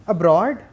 Abroad